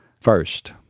First